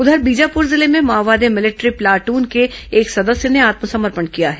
उधर बीजापुर जिले में माओवादी भिलिट्री प्लादून के एक सदस्य ने आत्मसमर्पण किया है